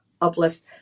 uplift